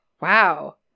Wow